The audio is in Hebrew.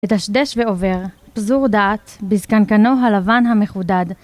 מדשדש ועובר, פזור דעת, בזקנקנו הלבן המחודד